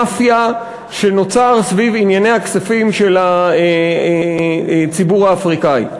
מאפיה שנוצר סביב ענייני הכספים של הציבור האפריקני.